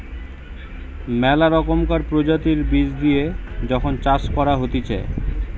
মেলা রকমকার প্রজাতির বীজ দিয়ে যখন চাষ করা হতিছে